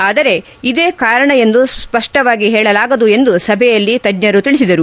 ಆದರೆ ಇದೇ ಕಾರಣ ಎಂದು ಸ್ವಪ್ಷವಾಗಿ ಹೇಳಲಾಗದು ಎಂದು ಸಭೆಯಲ್ಲಿ ತಜ್ಞರು ತಿಳಿಸಿದರು